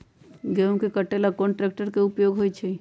गेंहू के कटे ला कोंन ट्रेक्टर के उपयोग होइ छई?